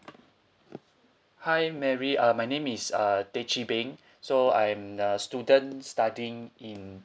hi mary uh my name is uh teh chee beng so I'm a student studying in